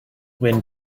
when